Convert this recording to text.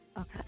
Okay